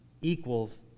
Equals